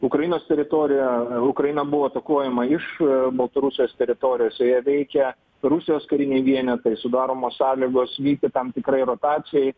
ukrainos teritorijoje ukraina buvo atakuojama iš baltarusijos teritorijos joje veikia rusijos kariniai vienetai sudaromos sąlygos vykti tam tikrai rotacijai